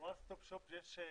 ל- one stop shop יש כבר,